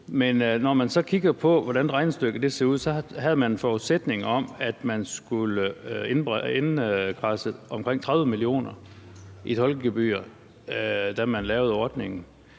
Men når man så kigger på, hvordan regnestykket ser ud, kan man se, at man havde en forventning om, at man skulle indkradse omkring 30 mio. kr. i tolkegebyr, da man lavede ordningen.